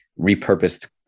repurposed